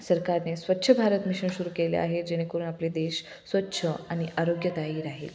सरकारने स्वच्छ भारत मिशन सुरू केले आहे जेणेकरून आपले देश स्वच्छ आणि आरोग्यता ही आहे